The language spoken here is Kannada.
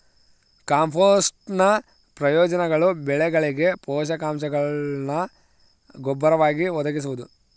ಕಾಂಪೋಸ್ಟ್ನ ಪ್ರಯೋಜನಗಳು ಬೆಳೆಗಳಿಗೆ ಪೋಷಕಾಂಶಗುಳ್ನ ಗೊಬ್ಬರವಾಗಿ ಒದಗಿಸುವುದು